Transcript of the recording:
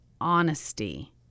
honesty